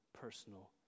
personal